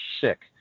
sick